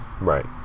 Right